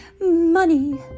Money